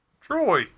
Troy